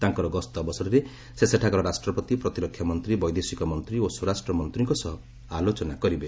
ତାଙ୍କର ଗସ୍ତ ଅବସରରେ ସେ ସେଠାକାର ରାଷ୍ଟ୍ରପତି ପ୍ରତିରକ୍ଷା ମନ୍ତ୍ରୀ ବୈଦେଶିକ ମନ୍ତ୍ରୀ ଓ ସ୍ୱରାଷ୍ଟ୍ର ମନ୍ତ୍ରୀଙ୍କ ସହ ଆଲୋଚନା କରିବେ